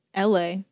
LA